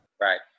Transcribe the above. Right